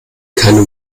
keine